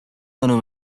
tono